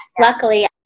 Luckily